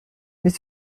mais